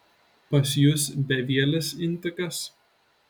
pas jus bevielis intikas